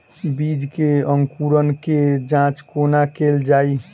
बीज केँ अंकुरण केँ जाँच कोना केल जाइ?